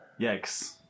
Yikes